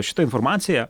šitą informaciją